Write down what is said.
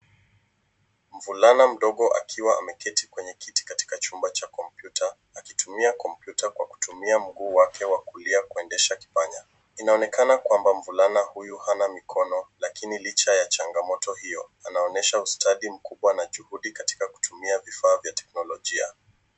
Mvulana mdogo akiwa ameketi kwenye kiti katika chumba cha kompyuta, akitumia kompyuta kwa kutumia mguu wake wa kulia kuendesha kipanya. Inaonekana kwamba mvulana huyu hana mikono, lakini licha ya changamoto hio anaonyesha ustadi mkubwa na juhudi katika kutumia vifaa vya teknologia.